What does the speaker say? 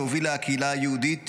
שהובילה הקהילה היהודית,